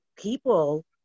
people